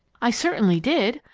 i certainly did.